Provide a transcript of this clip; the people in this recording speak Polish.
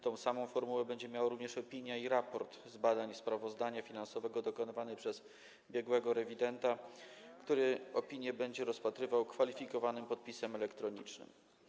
Tę samą formułę będzie miała również opinia i raport z badań sprawozdania finansowego dokonywany przez biegłego rewidenta, który opinię będzie opatrywał kwalifikowanym podpisem elektronicznym.